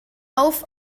auf